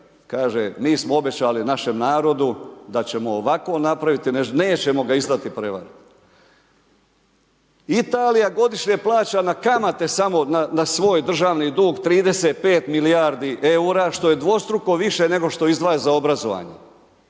mi smo obećali našem narodu da ćemo ovako napraviti, nećemo ga izdati i prevariti. Italija godišnje plaća na kamate samo na svoj državni dug 35 milijardi EUR-a, što je dvostruko više nego što izdvaja za obrazovanje.